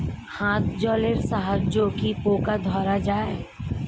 হাত জলের সাহায্যে কি পোকা ধরা যায়?